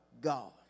God